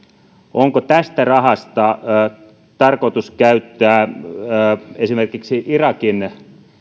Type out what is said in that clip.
onko tästä rahasta tarkoitus käyttää rahaa esimerkiksi irakin